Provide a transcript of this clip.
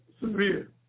severe